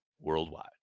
worldwide